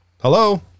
Hello